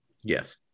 Yes